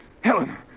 Helen